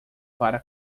para